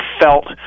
felt